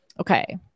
okay